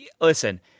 listen